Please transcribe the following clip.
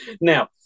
Now